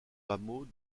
hameau